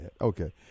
okay